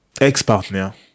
ex-partner